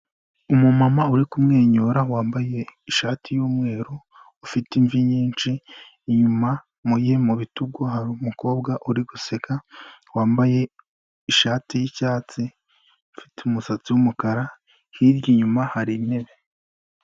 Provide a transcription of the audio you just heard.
Umumama uri kumwenyura wambaye ishati y'umweru ufite imvi nyinshi, inyuma ye mu bitugu hari umukobwa uri guseka wambaye ishati y'icyatsi, afite umusatsi w'umukara, hirya inyuma hari intebe.